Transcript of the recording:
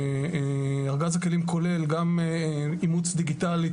ארגז הכלים כולל גם אימוץ דיגיטלי,